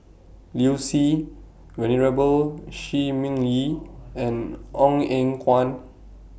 Liu Si Venerable Shi Ming Yi and Ong Eng Guan